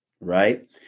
right